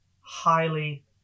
highly